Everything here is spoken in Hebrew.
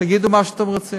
תגידו מה שאתם רוצים,